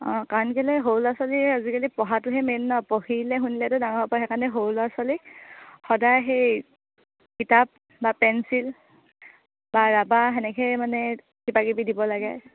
অঁ কাৰণ কেলৈ সৰু ল'ৰা ছোৱালীয়ে আজিকালি পঢ়াটোহে মেইন ন পঢ়িলে শুনিলেতো ডাঙৰপৰা সেইকাৰণে সৰু ল'ৰা ছোৱালীক সদায় সেই কিতাপ বা পেঞ্চিল বা ৰাবাৰ সেনেকৈ মানে কিবাকিবি দিব লাগে